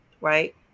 right